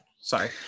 Sorry